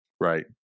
Right